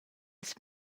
ils